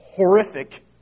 Horrific